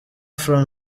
from